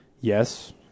yes